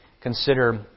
consider